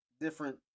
different